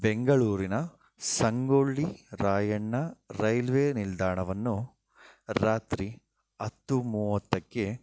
ಬೆಂಗಳೂರಿನ ಸಂಗೊಳ್ಳಿ ರಾಯಣ್ಣ ರೈಲ್ವೇ ನಿಲ್ದಾಣವನ್ನು ರಾತ್ರಿ ಹತ್ತು ಮೂವತ್ತಕ್ಕೆ